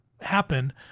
happen